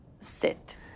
sit